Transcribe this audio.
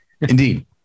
indeed